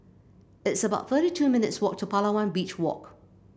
it's about thirty two minutes' walk to Palawan Beach Walk